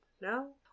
no